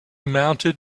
mounted